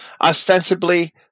ostensibly